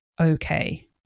okay